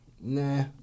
nah